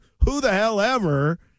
who-the-hell-ever